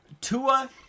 Tua